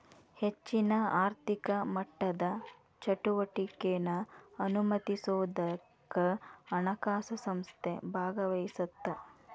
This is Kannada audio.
ಹೆಚ್ಚಿನ ಆರ್ಥಿಕ ಮಟ್ಟದ ಚಟುವಟಿಕೆನಾ ಅನುಮತಿಸೋದಕ್ಕ ಹಣಕಾಸು ಸಂಸ್ಥೆ ಭಾಗವಹಿಸತ್ತ